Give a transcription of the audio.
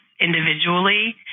individually